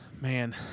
Man